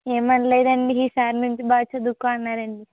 ఏమనలేదండి ఈసారి నుంచి బాగా చదుకో అన్నారండి